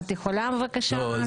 את יכולה בבקשה לפרט?